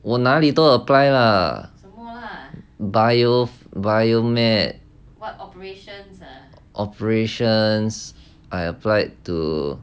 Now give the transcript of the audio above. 我哪里都 apply lah bio biomed operations I applied to